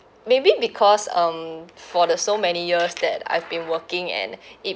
maybe because um for the so many years that I've been working and it